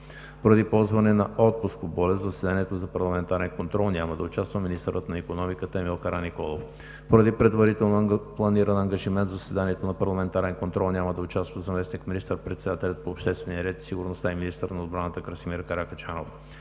Поради ползване на отпуск по болест в заседанието за парламентарен контрол няма да участва министърът на икономиката Емил Караниколов. Поради предварително планиран ангажимент в заседанието за парламентарен контрол няма да участва заместник министър председателят по обществения ред и сигурността и министър на отбраната Красимир Каракачанов.